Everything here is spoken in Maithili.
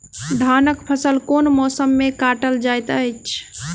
धानक फसल केँ मौसम मे काटल जाइत अछि?